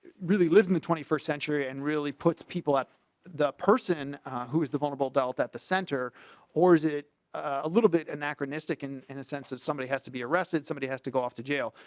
live in the twenty first century and really puts people that the person who is the bubble doubt that the center or is it a little bit anachronistic and in a sense of somebody has to be arrested somebody has to go off to jail.